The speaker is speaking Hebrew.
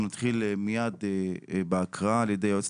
אנחנו נתחיל מיד בהקראה על ידי היועצת